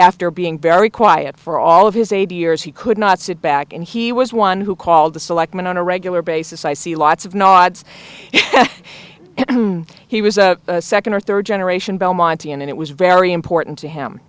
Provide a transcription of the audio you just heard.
after being very quiet for all of his eighty years he could not sit back and he was one who called the selectmen on a regular basis i see lots of nods he was a second or third generation belmonte and it was very important to him